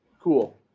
Cool